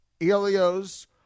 Elio's